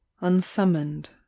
unsummoned